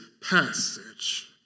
passage